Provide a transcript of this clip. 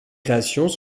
créations